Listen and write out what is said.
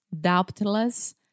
doubtless